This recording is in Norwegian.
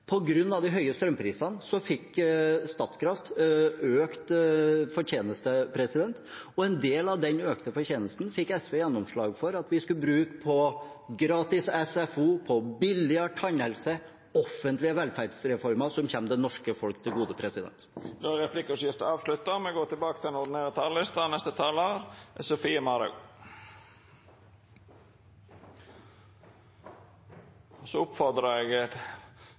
de høye strømprisene fikk Statkraft økt fortjeneste, og en del av den økte fortjenesten fikk SV gjennomslag for at vi skulle bruke på gratis SFO, billigere tannhelse – offentlige velferdsreformer som kommer det norske folk til gode. Replikkordskiftet er avslutta. Rødt har gjentatt og kommer til å fortsette å gjenta at vi trenger en kraftfull og rettferdig klima- og miljøpolitikk. Det har jeg